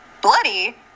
bloody